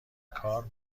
کار